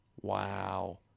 Wow